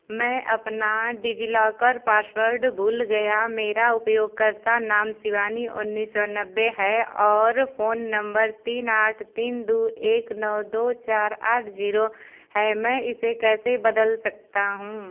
मैं अपना DigiLocker password भूल गया मेरा उपयोगकर्ता नाम शिवानी उन्नीस सौ नब्बे है और फ़ोन नम्बर तीन आठ तीन दो एक नौ दो चार आठ ज़ीरो है मैं इसे कैसे बदल सकता हूँ